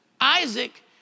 Isaac